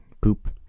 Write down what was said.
poop